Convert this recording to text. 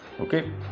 Okay